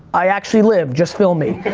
i actually live, just film me.